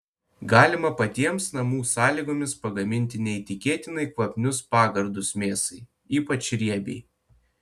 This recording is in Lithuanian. galima patiems namų sąlygomis pagaminti neįtikėtinai kvapnius pagardus mėsai ypač riebiai